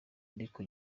ariko